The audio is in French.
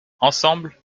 ensemble